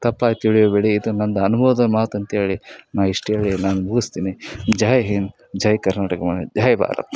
ತಪ್ಪಾಗಿ ತಿಳಿಯಬೇಡಿ ಇದು ನಂದು ಅನುಭವದ ಮಾತು ಅಂತೇಳಿ ನಾನು ಇಷ್ಟು ಹೇಳಿ ನಾನು ಮುಗಿಸ್ತೀನಿ ಜೈ ಹಿಂದ್ ಜೈ ಕರ್ನಾಟಕ ಮಾ ಜೈ ಭಾರತ್